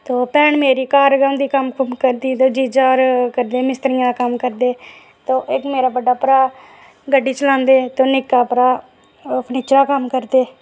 ते भैन मेरी घर गै होंदी कम्म काज करदी ते जीजा होर मिस्त्री दा कम्म करदे ते इक मेरा बड्डा भ्रा गड्डी चलांदे ते निक्का भ्रा कम्पनी च कम्म करदे